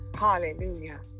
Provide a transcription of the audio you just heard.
hallelujah